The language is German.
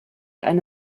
eine